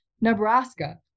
Nebraska